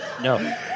No